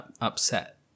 Upset